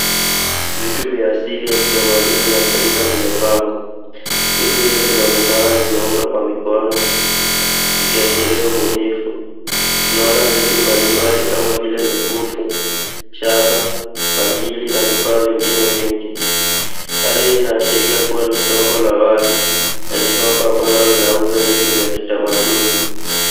Vitu vya asili ya kitamaduni ya Afrika vimepangwa. Vitu hivi vinaonekana vimeundwa kwa mikono ikiashiria ubunifu. Tunaona vitu mbalimbali kama vile mikufu, shanga, bangili na vifaa vingine vingi. Hali hii inaashiria kuwa ni soko la wazi na ni soko ambalo linauza vitu vya kitamaduni.